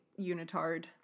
unitard